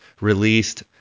released